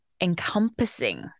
encompassing